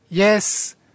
Yes